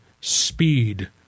speed